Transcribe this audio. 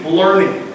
learning